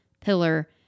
pillar